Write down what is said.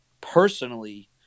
personally